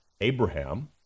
Abraham